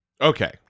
Okay